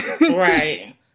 right